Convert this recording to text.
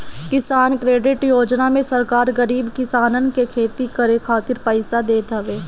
किसान क्रेडिट योजना में सरकार गरीब किसानन के खेती करे खातिर पईसा देत हवे